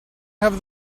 have